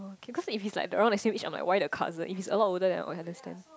because if it's like around let say each other why the cousin if he is a lot older than I understand